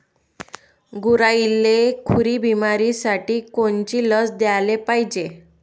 गुरांइले खुरी बिमारीसाठी कोनची लस द्याले पायजे?